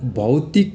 भौतिक